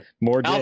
more